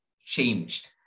changed